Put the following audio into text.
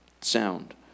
sound